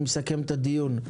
אני מסכם את הדיון.